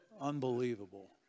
Unbelievable